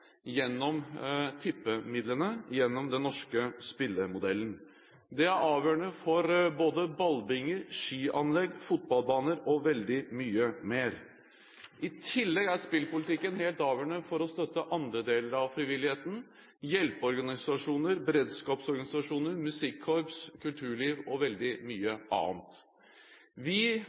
gjennom tippemidlene, gjennom den norske spillmodellen. Det er avgjørende for både ballbinger, skianlegg, fotballbaner og veldig mye mer. I tillegg er spillpolitikken helt avgjørende for å støtte andre deler av frivilligheten – hjelpeorganisasjoner, beredskapsorganisasjoner, musikkorps, kulturliv og veldig mye annet. Vi